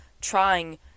trying